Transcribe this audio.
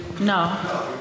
No